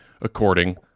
according